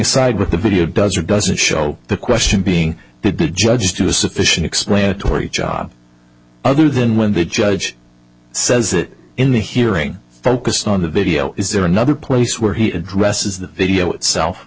aside what the video does or doesn't show the question being did the judge do a sufficient explanatory job other than when the judge says it in the hearing focused on the video is there another place where he addresses the video itself